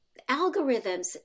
algorithms